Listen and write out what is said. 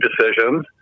decisions